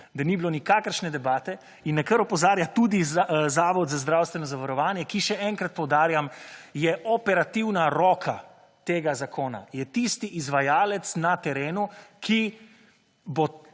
da ni bilo nikakršne debate in na kar opozarja tudi Zavod za zdravstveno zavarovanje, ki, še enkrat poudarjam, je operativna roka tega zakona, je tisti izvajalec na terenu, ki bo